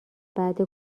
بعده